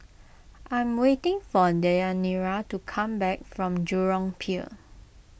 I am waiting for Deyanira to come back from Jurong Pier